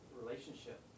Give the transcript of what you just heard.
relationship